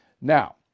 Now